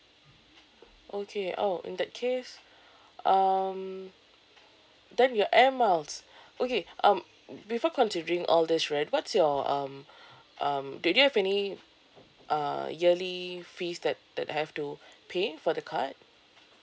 okay oh in that case um then your air miles okay um before considering all this right what's your um um do do you have any uh yearly fees that that have to pay for the card